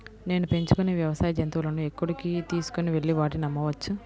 నేను పెంచుకొనే వ్యవసాయ జంతువులను ఎక్కడికి తీసుకొనివెళ్ళి వాటిని అమ్మవచ్చు?